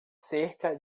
cerca